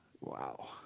wow